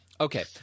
Okay